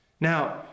Now